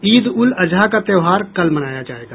ईद उल अज़हा का त्योहार कल मनाया जाएगा